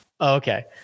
Okay